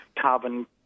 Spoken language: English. carbon